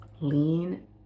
lean